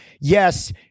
yes